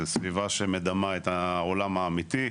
זה סביבה שמדמה את העולם האמיתי.